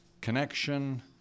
connection